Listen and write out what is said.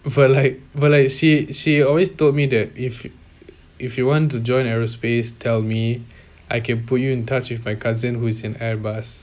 prefer like but like she she always told me that if if you want to join aerospace tell me I can put you in touch with my cousin who is an airbus